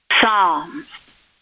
Psalms